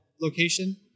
location